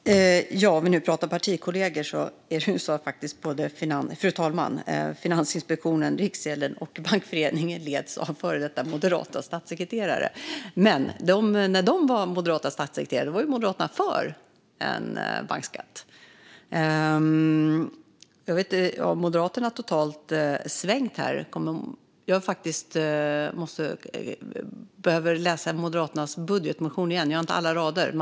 Fru talman! Om vi ska prata om partikollegor så leds faktiskt både Finansinspektionen, Riksgälden och Bankföreningen av före detta moderata statssekreterare, och när de var moderata statssekreterare var ju Moderaterna för en bankskatt. Jag vet inte om Moderaterna har svängt totalt här. Jag behöver läsa Moderaternas budgetmotion igen; jag har inte alla rader.